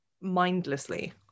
mindlessly